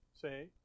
say